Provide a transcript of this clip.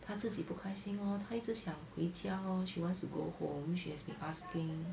她自己不开心 orh 她一直想回家 lor she wants to go home she has been asking